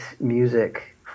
music